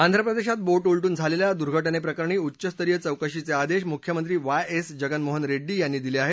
आंध्र प्रदेशात बोट उलटून झालेल्या दुर्घटनेप्रकरणी उच्चस्तरीय चौकशीचे आदेश मुख्यमंत्री वाय एस जगनमोहन रेड्डी यांनी दिले आहेत